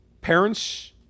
Parents